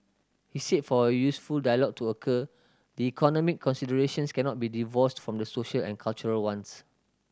he said for a useful dialogue to occur the economy considerations cannot be divorced from the social and cultural ones